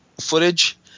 footage